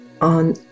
on